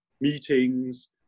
meetings